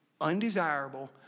undesirable